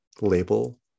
label